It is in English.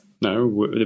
No